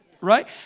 Right